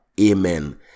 Amen